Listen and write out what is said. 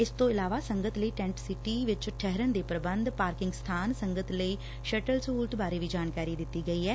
ਇਸ ਤੋਂ ਇਲਾਵਾ ਸੰਗਤ ਲਈ ਟੈੱਟ ਸਿਟੀ ਵਿਚ ਠਹਿਰਣ ਦੇ ਪੂਬੰਧ ਪਾਰਕਿੰਗ ਸਬਾਨ ਸੰਗਤ ਲਈ ਸ਼ਟਲ ਸਹੁਲਤ ਬਾਰੇ ਵੀ ਜਾਣਕਾਰੀ ਦਿੱਤੀ ਐ